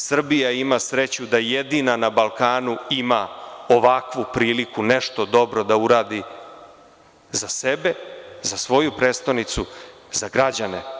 Srbija ima sreću da jedina na Balkanu ima ovakvu priliku, nešto dobro da uradi za sebe, za svoju prestonicu, za građane.